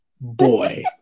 boy